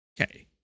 Okay